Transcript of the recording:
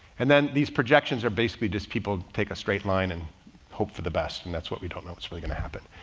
and then these projections are basically just people take a straight line and hope for the best, and that's what we don't know what's really gonna happen.